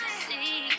see